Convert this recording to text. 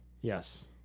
yes